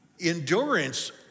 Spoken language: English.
Endurance